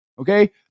Okay